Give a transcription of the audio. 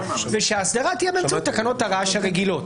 ושההסדרה תהיה באמצעות תקנות הרעש הרגילות.